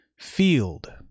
field